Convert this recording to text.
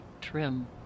trim